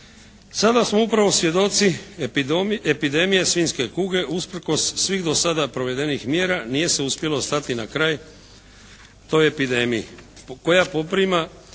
Sada smo upravo svjedoci epidemije svinjske kuge, usprkos svih do sada provedenih mjera nije se uspjelo stati na kraj toj epidemiji koja poprima